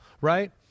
right